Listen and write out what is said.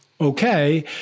okay